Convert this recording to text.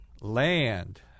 Land